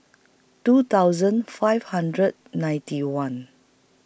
two thousand five hundred ninety one